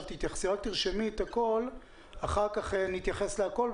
תרשמי את הכל ואחר כך תתייחסי להכל.